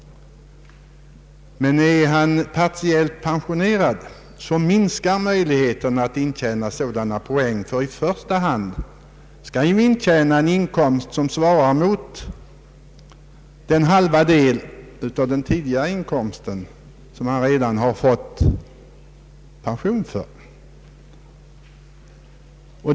När han nu är partiellt pensionerad, minskar möjligheten att intjäna sådana poäng. I första hand skall intjänad inkomst svara mot den halva del av den tidigare inkomsten som han fått pension för.